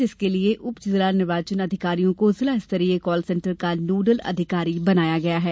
इसके लिए उप जिला निर्वाचन अधिकारियों को जिला स्तरीय कॉल सेंटर का नोडल अधिकारी बनाया गया है